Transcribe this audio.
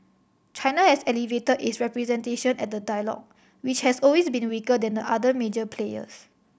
China has elevated its representation at the dialogue which has always been weaker than the other major players